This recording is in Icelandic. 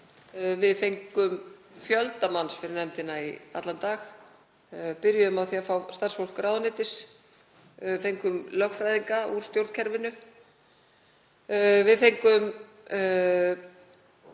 fengið fjölda manns fyrir nefndina í allan dag. Við byrjuðum á því að fá starfsfólk ráðuneytis og lögfræðinga úr stjórnkerfinu. Við fengum